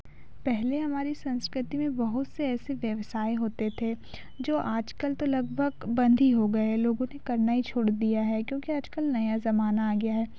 पहले हमारी संस्कृति में बहुत से ऐसे व्यवसाय होते थे जो आज कल तो लगभग बंद ही हो गये हैं लोगों ने करना ही छोड़ दिया है क्योंकि आज कल नया ज़माना आ गया है